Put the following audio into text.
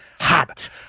hot